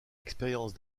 expérience